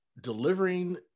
delivering